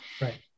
Right